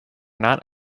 not